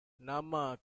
nama